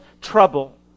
trouble